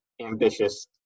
ambitious